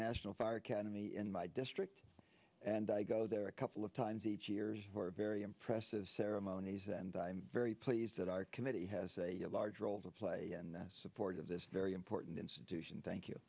national fire academy in my district and i go there a couple of times each year very impressive ceremonies and i'm very pleased that our committee has a large role to play and support of this very important institution thank you